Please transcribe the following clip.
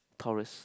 Tores